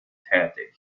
tätig